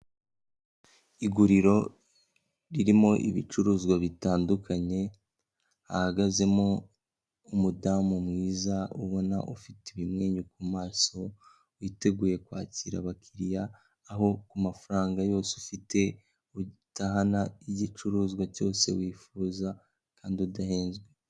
Iguriro ririmo ibicuruzwa bitandukanye, hahagazemo umudamu mwiza ubona ufite ibimwenyu ku maso, witeguye kwakira abakiriya, aho ku mafaranga yose ufite utahana igicuruzwa cyose wifuza kandi udahenzwe.